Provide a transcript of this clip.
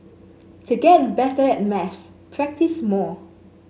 to get better at maths practise more